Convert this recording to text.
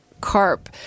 CARP